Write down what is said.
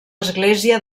església